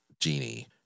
Genie